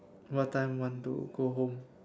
what time want to go home